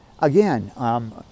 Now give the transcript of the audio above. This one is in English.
Again